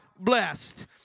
blessed